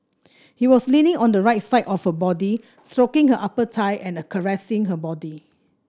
he was leaning on the right side of her body stroking her upper thigh and caressing her body